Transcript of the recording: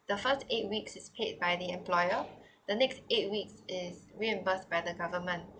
the first eight weeks is paid by the employer the next eight weeks is reimburse by the government